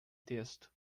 texto